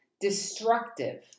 destructive